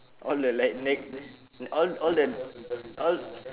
all the like neg all all the all